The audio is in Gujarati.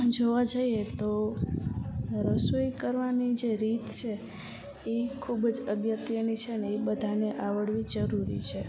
જોવા જાઈએ તો રસોઈ કરવાની જે રીત છે એ ખૂબ જ અગત્યની છેને એ બધાને આવડવી જરૂરી છે